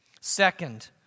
Second